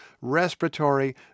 respiratory